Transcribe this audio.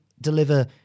deliver